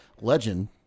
legend